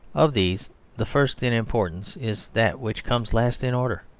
of these the first in importance is that which comes last in order.